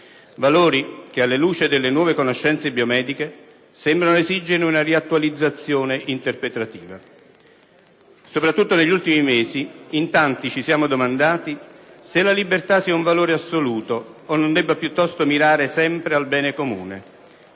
valori che, alla luce delle nuove conoscenze biomediche, sembrano esigere una riattualizzazione interpretativa. Soprattutto negli ultimi mesi, in tanti ci siamo domandati se la libertà sia un valore assoluto o non debba piuttosto mirare sempre al bene comune,